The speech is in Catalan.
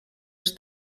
els